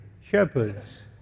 shepherds